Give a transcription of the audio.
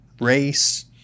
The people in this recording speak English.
race